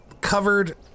covered